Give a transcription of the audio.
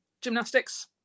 Gymnastics